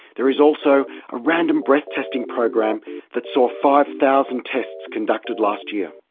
there is also a random breath testing program that saw five thousand tests conducted last year.